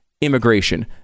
immigration